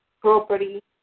property